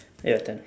your turn